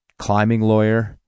climbinglawyer